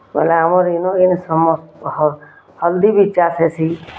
ପହେଲା ଆମର୍ ଇନ ଯେନ୍ ହଲଦୀ ବି ଚାଷ୍ ହେସି